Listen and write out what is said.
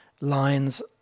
lines